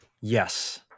yes